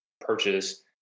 purchase